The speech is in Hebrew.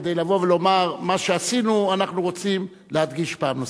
כדי לבוא ולומר: מה שעשינו אנחנו רוצים להדגיש פעם נוספת.